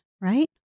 right